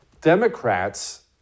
Democrats